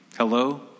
hello